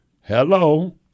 Hello